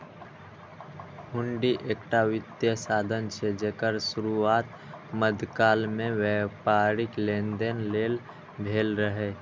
हुंडी एकटा वित्तीय साधन छियै, जेकर शुरुआत मध्यकाल मे व्यापारिक लेनदेन लेल भेल रहै